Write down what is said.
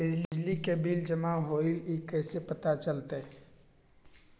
बिजली के बिल जमा होईल ई कैसे पता चलतै?